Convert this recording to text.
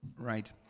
Right